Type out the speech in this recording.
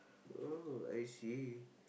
oh I see